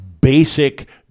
basic